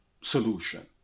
solution